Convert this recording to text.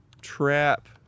trap